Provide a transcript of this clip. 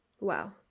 Wow